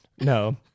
no